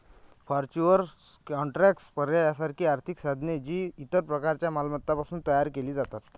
futures contracts, पर्याय यासारखी आर्थिक साधने, जी इतर प्रकारच्या मालमत्तांपासून तयार केली जातात